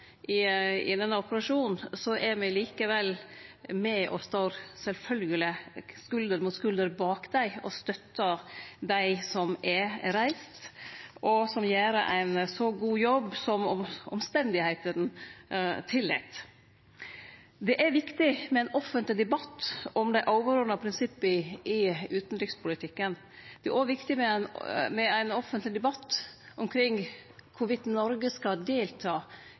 soldatar i denne operasjonen, står me sjølvsagt likevel skulder ved skulder bak dei og støttar dei som har reist, som gjer ein så god jobb som omstenda tillèt. Det er viktig med ein offentleg debatt om dei overordna prinsippa i utanrikspolitikken. Det er òg viktig med ein offentleg debatt omkring i kva grad Noreg skal delta